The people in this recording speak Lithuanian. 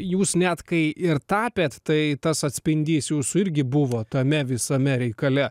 jūs net kai ir tapėt tai tas atspindys jūsų irgi buvo tame visame reikale